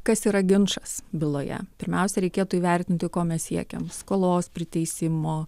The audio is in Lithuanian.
kas yra ginčas byloje pirmiausia reikėtų įvertinti ko mes siekiam skolos priteisimo